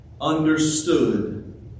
understood